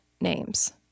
names